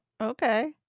Okay